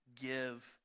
give